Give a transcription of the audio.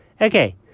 Okay